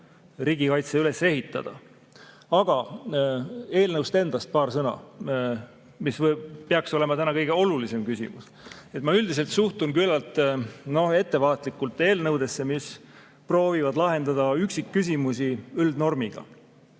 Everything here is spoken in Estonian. riigikaitse üles ehitada. Aga eelnõust endast ka paar sõna. See peaks olema täna kõige olulisem küsimus. Ma üldiselt suhtun küllaltki ettevaatlikult eelnõudesse, mis proovivad lahendada üksikküsimusi üldnormiga.